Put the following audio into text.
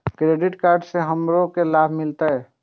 Credit card से हमरो की लाभ मिलते?